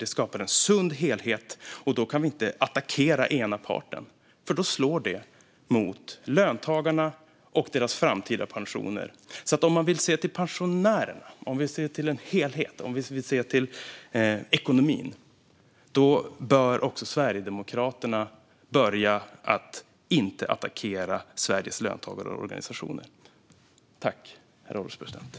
Detta skapar en sund helhet. Då kan vi inte attackera ena parten, för då slår det mot löntagarna och deras framtida pensioner. Om Sverigedemokraterna vill se till pensionärerna, till helheten och till ekonomin bör de börja med att inte attackera Sveriges löntagare och deras organisationer.